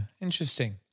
interesting